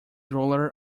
ruler